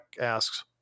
asks